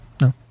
no